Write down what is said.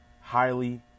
highly